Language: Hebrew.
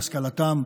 להשכלתם,